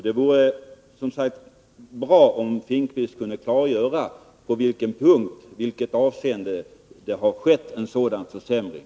Det vore bra om Bo Finnkvist kunde klargöra i vilket avseende det har skett en sådan försämring.